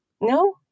No